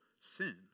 sin